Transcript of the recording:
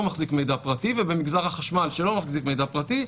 מחזיק מידע פרטי ובמגזר החשמל שלא מחזיק מידע פרטי,